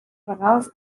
regals